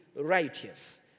righteous